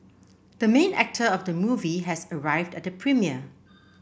the main actor of the movie has arrived at the premiere